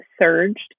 surged